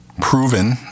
proven